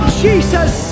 jesus